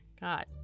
God